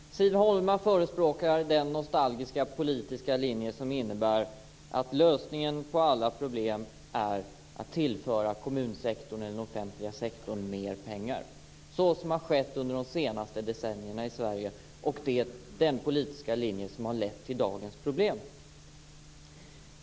Fru talman! Siv Holma förespråkar den nostalgiska politiska linje som innebär att lösningen på alla problem är att tillföra den offentliga sektorn mer pengar så som har skett under de senaste decennierna i Sverige. Det är den politiska linje som har lett till dagens problem.